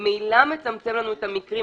שממילא מצמצם לנו את המקרים.